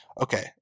okay